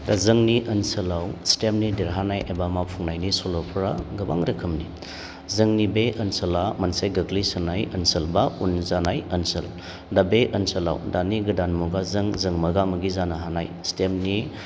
जोंनि ओनसोलाव स्टेमनि देरहानाय एबा मावफुंनायनि सल'फ्रा गोबां रोखोमनि जोंनि बे ओनसोला मोनसे गोग्लैसोनाय ओनसोल बा उन जानाय ओनसोल दा बे ओनसोलाव दानि गोदान मुगाजों जों मोगा मोगि जानो हानाय स्टेमनि